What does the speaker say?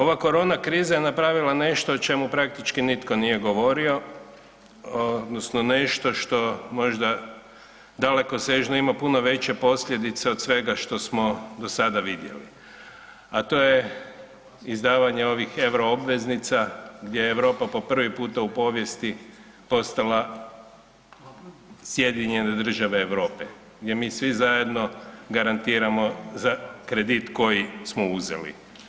Oba korona kriza je napravila nešto o čemu praktički nitko nije govorio odnosno nešto što možda dalekosežno ima puno veće posljedice od svega što smo do sada vidjeli a to je izdavanje ovih euro obveznica gdje je Europa po prvi puta u povijesti postala SAD Europe gdje mi svi zajedno garantiramo za kredit koji smo uzeli.